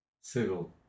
civil